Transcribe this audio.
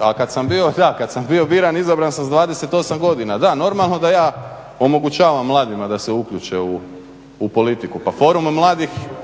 a kad sam bio biran, izabran sa 28 godina, da, normalno da ja omogućavam mladima da se uključe u politiku. Pa forum mladih,